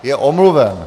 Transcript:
Je omluven.